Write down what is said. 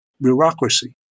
bureaucracy